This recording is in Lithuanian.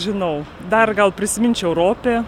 žinau dar gal prisiminčiau ropė